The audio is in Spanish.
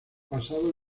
basado